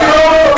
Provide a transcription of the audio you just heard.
אני לא מתווכח.